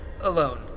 Alone